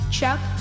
Chuck